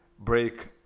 break